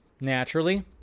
naturally